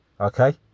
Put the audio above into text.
Okay